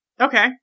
Okay